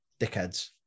dickheads